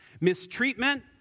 Mistreatment